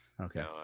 Okay